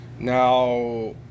Now